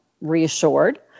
reassured